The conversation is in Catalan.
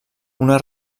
una